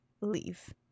leave